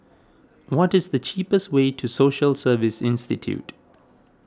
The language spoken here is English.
what is the cheapest way to Social Service Institute